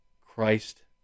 Christ